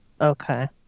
Okay